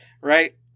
Right